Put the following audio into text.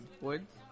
woods